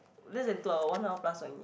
less than two hour one hour plus only